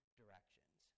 directions